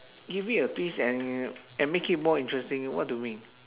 give it a twist and and make it more interesting what do you mean